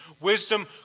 Wisdom